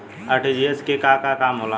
RTGS के का काम होला?